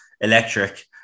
electric